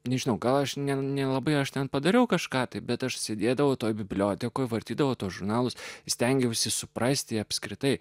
nežinau gal aš ne nelabai aš ten padariau kažką taip bet aš sėdėdavau toje bibliotekoje vartydavau tuos žurnalus stengiausi suprasti apskritai